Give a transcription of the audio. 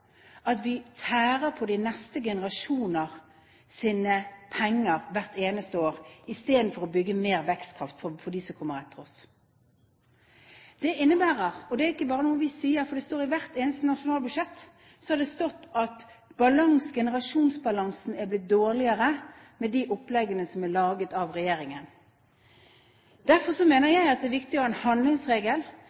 at vi tærer på de neste generasjoners penger hvert eneste år istedenfor å bygge mer vekstkraft for dem som kommer etter oss. Det er ikke bare noe vi sier, for i hvert eneste nasjonalbudsjett har det stått at generasjonsbalansen har blitt dårligere med de oppleggene som er laget av regjeringen. Derfor mener jeg det er viktig å ha en handlingsregel,